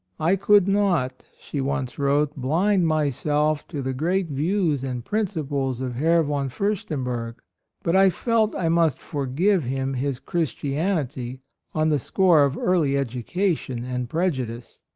i could not, she once wrote, blind myself to the great views and principles of herr von fiirstenberg but i felt i must forgive him his christianity on the score of early education and prejudice.